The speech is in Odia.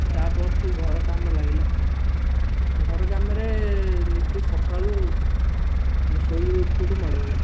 ତା'ପର ଠୁ ଘର କାମ ଲାଗିଲା ଘର କାମରେ ନିତି ସକାଳୁ ଶୋଇ କରି ଉଠୁ ଉଠୁ ମାଡ଼ ହେବ